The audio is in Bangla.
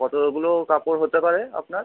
কতগুলো কাপড় হতে পারে আপনার